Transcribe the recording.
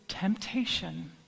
temptation